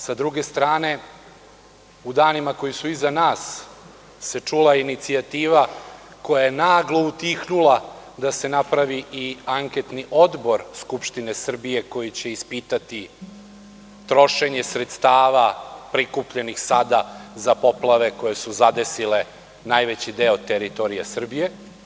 S druge strane, u danima koji su iza nas se čula inicijativa, koja je naglo utihnula, da se napravi anketni odbor Skupštine Srbije koji će ispitati trošenje sredstava prikupljenih sada za poplave koje su zadesile najveći deo teritorije Srbije.